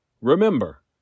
Remember